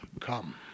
come